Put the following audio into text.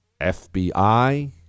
FBI